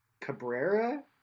Cabrera